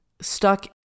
Stuck